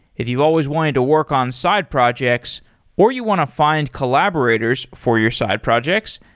if you've always wanted to work on side projects or you want to find collaborators for your side projects,